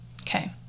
okay